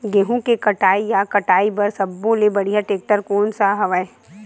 गेहूं के कटाई या कटाई बर सब्बो ले बढ़िया टेक्टर कोन सा हवय?